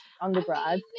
undergrad